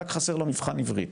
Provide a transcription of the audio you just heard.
רק חסר לו מבחן עברית.